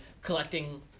collecting